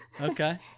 Okay